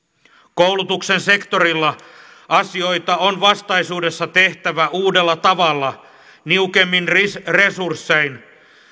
koulutuksen sektorilla asioita on vastaisuudessa tehtävä uudella tavalla niukemmin resurssein